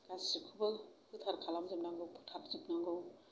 गासिखौबो गोथार खालामजोबनांगौ फोथारजोबनांगौ